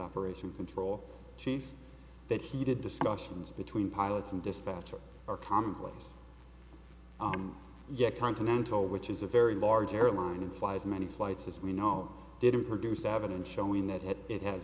operation control chief that heated discussions between pilots and dispatchers are commonplace i am yet continental which is a very large airline it flies many flights as we know didn't produce evidence showing that it has